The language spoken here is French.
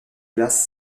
glaces